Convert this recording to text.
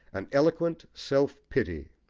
an eloquent self-pity,